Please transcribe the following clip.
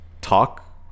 talk